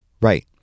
Right